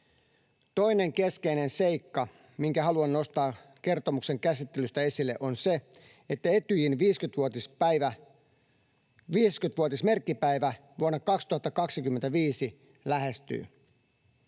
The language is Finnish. Toinen keskeinen seikka, minkä haluan nostaa kertomuksen käsittelystä esille, on se, että Etyjin 50-vuotismerkkipäivä vuonna 2025 lähestyy.